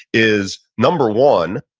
is, number one,